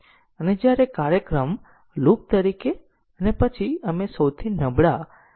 તેથી આપણી પાસે કેટલીક શરત અને બે સ્ટેટમેન્ટો અહીં લૂપમાં છે અને પછી એક સિકવન્સ સ્ટેટમેન્ટ છે